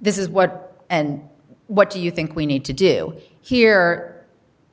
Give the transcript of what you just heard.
this is what and what do you think we need to do here